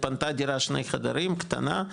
התפנתה דירה שני חדרים קטנה,